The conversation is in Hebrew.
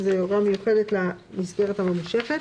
זה הוראה מיוחדת למסגרת הממושכת.